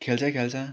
खेल्छै खेल्छ